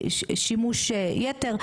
שימוש יתר,